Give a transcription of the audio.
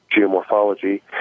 geomorphology